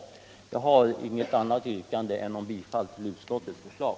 Jag har inget annat yrkande än om bifall till utskottets hemställan.